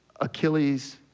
Achilles